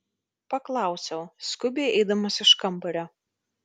paklausiau skubiai eidamas iš kambario